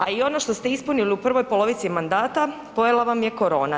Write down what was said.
A i ono što ste ispunili u prvoj polovici mandata, pojelo vam je korona.